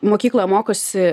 mokykloje mokosi